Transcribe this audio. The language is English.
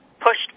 pushed